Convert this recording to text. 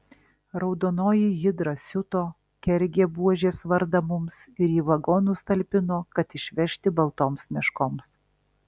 raudonoji hidra siuto kergė buožės vardą mums ir į vagonus talpino kad išvežti baltoms meškoms